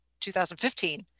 2015